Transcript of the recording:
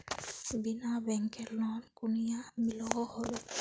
बिना बैंकेर लोन कुनियाँ मिलोहो होबे?